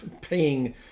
paying